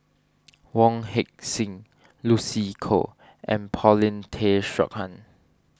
Wong Heck Sing Lucy Koh and Paulin Tay Straughan